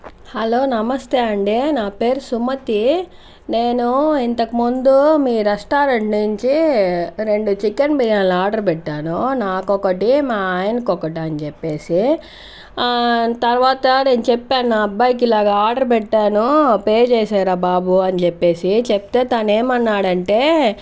hello నమస్తే అండీ నా పేరు సుమతి నేను ఇంతకుముందు మీ రెస్టారెంట్ నుంచి రెండు చికెన్ బిర్యానీలు ఆర్డర్ పెట్టాను నాకు ఒకటి మా ఆయనకు ఒకటి అని చెప్పేసి తరువాత నేను చెప్పాను మా అబ్బాయికి ఇలాగా ఆర్డర్ పెట్టాను పే చేసారా బాబు అని చెప్పేసి చెప్తే తనేమన్నాడు అంటే